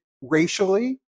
racially